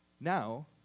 Now